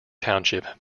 township